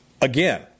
Again